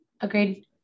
agreed